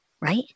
Right